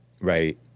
right